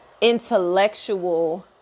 intellectual